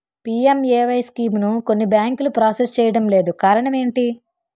PMAY స్కీమును కొన్ని బ్యాంకులు ప్రాసెస్ చేయడం లేదు కారణం ఏమిటి?